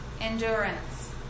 endurance